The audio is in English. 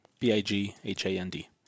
B-I-G-H-A-N-D